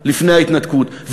לפני ההתנתקות,